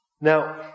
Now